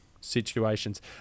situations